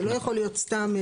זה לא יכול להיות סתם.